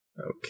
Okay